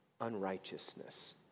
unrighteousness